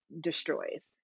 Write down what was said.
destroys